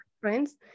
friends